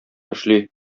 эшли